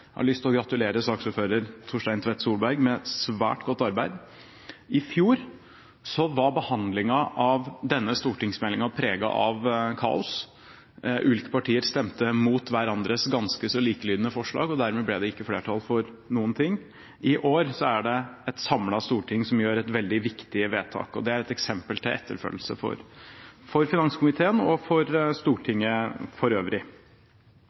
Jeg har lyst til å gratulere saksordfører Torstein Tvedt Solberg med et svært godt arbeid. I fjor var behandlingen av denne stortingsmeldingen preget av kaos. Ulike partier stemte mot hverandres ganske så likelydende forslag, og dermed ble det ikke flertall for noen ting. I år er det et samlet storting som gjør et veldig viktig vedtak, og det er et eksempel til etterfølgelse for finanskomiteen, og for Stortinget for øvrig.